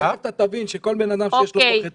תכף אתה תבין שכל בן אדם שיש לו ח"פ,